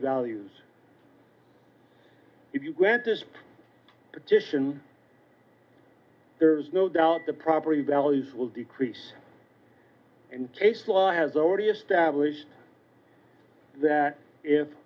values if you grant this petition there is no doubt the property values will decrease and case law has already established that if